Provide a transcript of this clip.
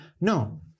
No